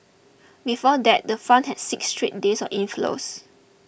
before that the fund had six straight days of inflows